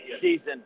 season